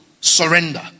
surrender